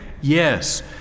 Yes